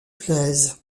plaisent